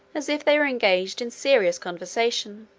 as if they were engaged in serious conversation.